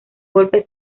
golpe